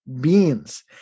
beans